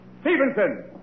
Stevenson